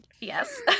yes